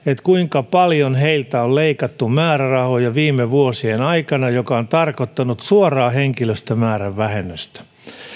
kuinka paljon heiltä on leikattu määrärahoja viime vuosien aikana mikä on tarkoittanut suoraan henkilöstömäärän vähennystä